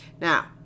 now